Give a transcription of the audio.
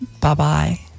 Bye-bye